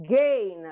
gain